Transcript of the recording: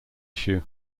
issue